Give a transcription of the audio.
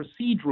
procedural